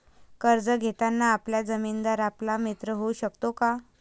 कर्ज घेताना आपला जामीनदार आपला मित्र होऊ शकतो का?